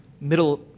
middle